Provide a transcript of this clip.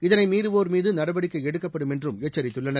இதனை மீறுவோர்மீது நடவடிக்கை எடுக்கப்படும் என்றும் எச்சரித்துள்ளனர்